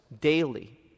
daily